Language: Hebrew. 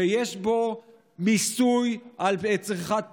שיש בו מיסוי של צריכת פחמן,